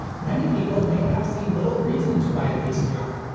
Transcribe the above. many people may have seen little reason to buy a vcr.